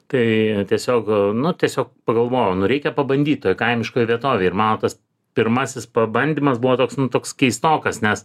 tai tiesiog nu tiesiog pagalvojau nu reikia pabandyt toj kaimiškoj vietovėj ir mano tas pirmasis pabandymas buvo toks nu toks keistokas nes